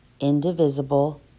indivisible